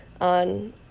on